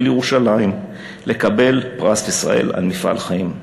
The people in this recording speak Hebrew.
לירושלים לקבל פרס ישראל על מפעל חיים.